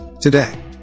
today